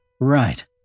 right